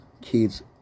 Kids